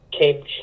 came